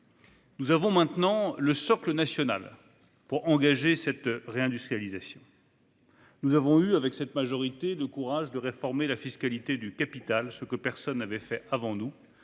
Nous disposons maintenant d'une base nationale pour engager cette réindustrialisation. En effet, cette majorité a eu le courage de réformer la fiscalité du capital, ce que personne n'avait fait avant nous